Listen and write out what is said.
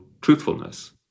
truthfulness